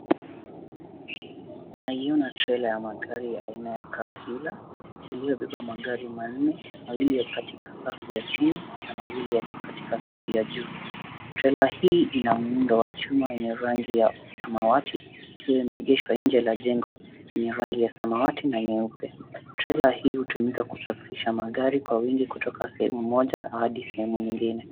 Naona trela ya magari ya aina ya kahawia iliyobeba magari manne. Mawili katika safu ya chini na mawili katika safu ya juu. Trela hii ina muundo wa chuma yenye rangi ya samawati ikiwa imeegeshwa nje ya jengo lenye rangi ya samawati na nyeupe. Trela hii hutumika kusafirisha magari kwa wingi kutoka sehemu moja hadi sehemu nyingine.